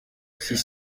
six